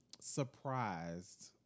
surprised